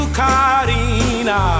carina